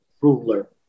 ruler